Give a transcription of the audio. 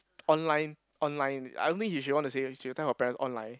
online online I don't think he she want to say she would tell her parents online